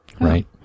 Right